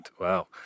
Wow